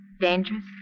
Dangerous